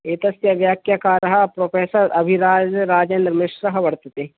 एतस्य व्याख्याकारः प्रोफेसर् अभिराजराजेन्द्र मिश्रः वर्तते